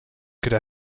could